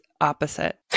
opposite